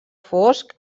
fosc